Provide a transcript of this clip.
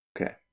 Okay